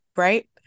right